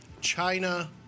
China